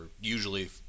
usually